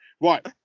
Right